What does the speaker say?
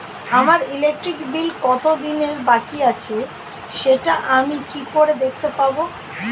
আমার electric bill কত দিনের বাকি আছে সেটা আমি কি করে দেখতে পাবো?